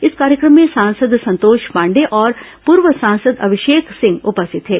इस कार्यक्रम में सांसद संतोष पांडेय अउ पूर्व सांसद अभिषेक सिंह उपस्थित थे